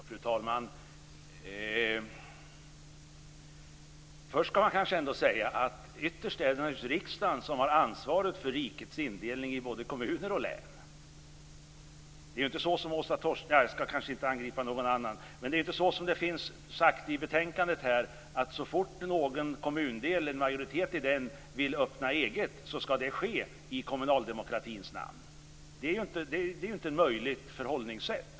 Fru talman! Först skall man kanske ändå säga att det ytterst är riksdagen som har ansvaret för rikets indelning både i kommuner och i län. Det är inte så, som framhålls i betänkandet, att så fort en majoritet i en kommundel vill öppna eget skall det ske i kommunaldemokratins namn. Det är inte ett möjligt förhållningssätt.